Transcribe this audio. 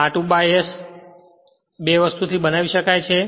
આ r2 ' s થી બે વસ્તુ બનાવી શકાય છે